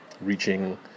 reaching